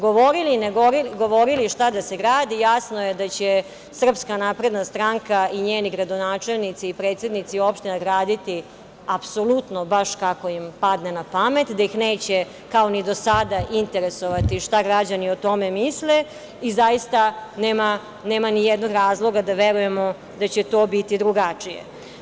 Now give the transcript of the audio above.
Govorili, ne govorili šta da se gradi, jasno je da će SNS i njeni gradonačelnici, predsednici opština raditi apsolutno baš kako im padne napamet, da ih neće, kao ni do sada, interesovati šta građani o tome misle i zaista nema ni jednog razloga da verujemo da će to biti drugačije.